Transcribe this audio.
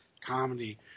comedy